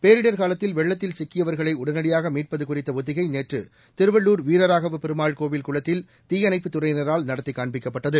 பேரிடர் காலத்தில் வெள்ளத்தில் சிக்கியவர்களை உடனடியாக மீட்பது குறித்த ஒத்திகை நேற்று திருவள்ளூர் வீரராகவ பெருமாள் கோவில் குளத்தில் தீயணைப்புத் துறையினரால் நடத்தி காண்பிக்கப்பட்டது